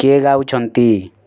କିଏ ଗାଉଛନ୍ତି